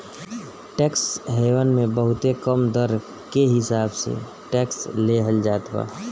tax haven मे बहुते कम दर के हिसाब से टैक्स लेहल जात बा